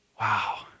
Wow